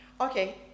okay